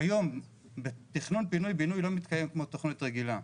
כיום תכנון פינוי בינוי לא מתקיים כמו תכנית רגילה.